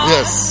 Yes